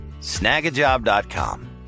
Snagajob.com